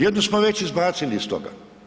Jednu smo već izbacili iz toga.